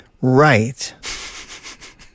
Right